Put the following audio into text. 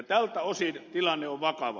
tältä osin tilanne on vakava